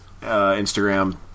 Instagram